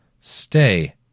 Stay